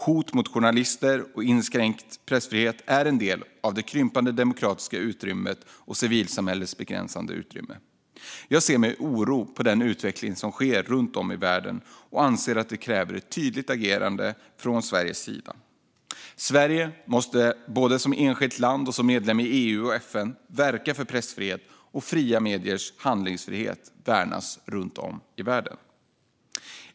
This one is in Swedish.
Hot mot journalister och inskränkt pressfrihet är en del av det krympande demokratiska utrymmet och civilsamhällets begränsade utrymme. Jag ser med oro på den utveckling som sker runt om i världen och anser att den kräver ett tydligt agerande från Sveriges sida. Sverige måste, både som enskilt land och som medlem i EU och FN, verka för att pressfrihet och fria mediers handlingsfrihet värnas runt om i världen.